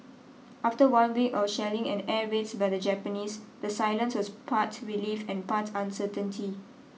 after one week of shelling and air raids by the Japanese the silence was part relief and part uncertainty